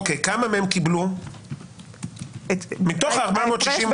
אוקיי, כמה מהם קיבלו מתוך 462,000?